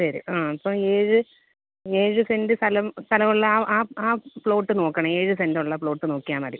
വരും ആ അപ്പം ഏഴ് ഏഴ് സെൻറ് സ്ഥലം സ്ഥലം ഉള്ള ആ ആ പ്ലോട്ട് നോക്കണം ഏഴ് സെൻറ് ഉള്ള പ്ലോട്ട് നോക്കിയാൽ മതി